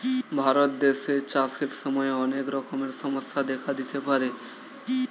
ভারত দেশে চাষের সময় অনেক রকমের সমস্যা দেখা দিতে পারে